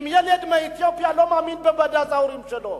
אם ילד מאתיופיה לא מאמין בבד"ץ, ההורים שלו,